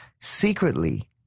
secretly